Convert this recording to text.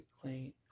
clean